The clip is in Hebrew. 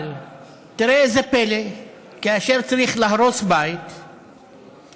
אבל תראה זה פלא, כאשר צריך להרוס בית אבן,